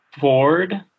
Ford